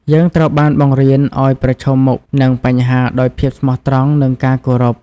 យើងត្រូវបានបង្រៀនឱ្យប្រឈមមុខនឹងបញ្ហាដោយភាពស្មោះត្រង់ និងការគោរព។